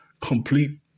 complete